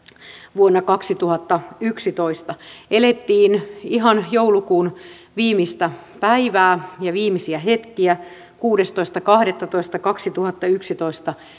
vuonna kaksituhattayksitoista elettiin ihan joulukuun viimeistä päivää ja viimeisiä hetkiä kuudestoista kahdettatoista kaksituhattayksitoista